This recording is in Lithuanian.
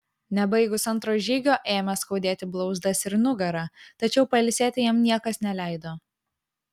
nebaigus antro žygio ėmė skaudėti blauzdas ir nugarą tačiau pailsėti jam niekas neleido